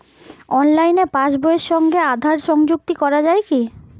অনলাইনে পাশ বইয়ের সঙ্গে আধার সংযুক্তি করা যায় কি?